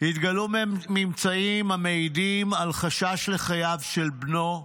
התגלו ממצאים המעידים על חשש לחייו של בנו חמזה.